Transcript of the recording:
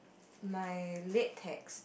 my lit text